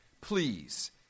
please